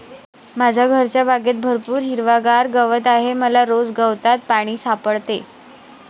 माझ्या घरच्या बागेत भरपूर हिरवागार गवत आहे मला रोज गवतात पाणी सापडते